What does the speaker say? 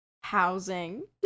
housing